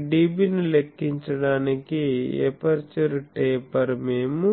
ఈ డిబిని లెక్కించడానికి ఈ ఎపర్చరు టేపర్ మేము